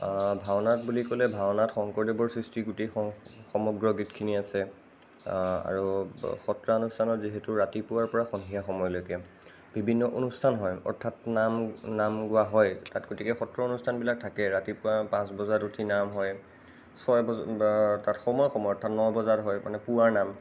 ভাওনাত বুলি ক'লে ভাওনাত শংকৰদেৱৰ সৃষ্টি গোটেই স সমগ্ৰ গীতখিনি আছে আৰু সত্ৰানুস্থানত যিহেতু ৰাতিপুৱাৰ পৰা সন্ধিয়া সময়লৈকে বিভিন্ন অনুষ্ঠান হয় অৰ্থাৎ নাম নাম গোৱা হয় তাত গতিকে সত্ৰ অনুষ্ঠানবিলাক থাকে ৰাতিপুৱা পাঁচ বজাত উঠি নাম হয় ছয় বা সময় সময় অৰ্থাৎ ন বজাত হয় মানে পুৱাৰ নাম